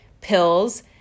pills